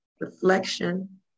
Reflection